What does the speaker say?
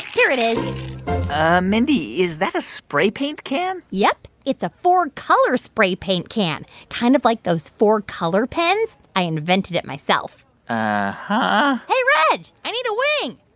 here it is ah mindy, is that a spray paint can? yep. it's a four-color spray paint can, kind of like those four-color pens. i invented it myself uh-huh hey, reg, i need a wing